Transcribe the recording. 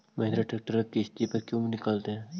Mahindra tractor किसति पर क्यों निकालते हैं?